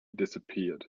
disappeared